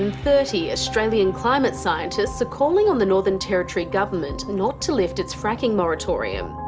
and thirty australian climate scientists are calling on the northern territory government not to lift its fracking moratorium.